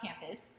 campus